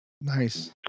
Nice